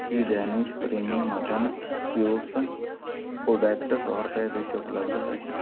ਕੀ Danish premium mutton cubes product ਸੌ ਰੁਪਏ ਵਿੱਚ ਉਪਲਬਧ ਹੈ